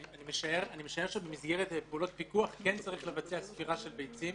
אני משער שבמסגרת פעולות פיקוח כן צריך לבצע ספירה של ביצים,